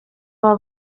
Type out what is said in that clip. aba